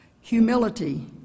Humility